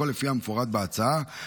הכול לפי המפורט בהצעה.